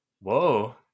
Whoa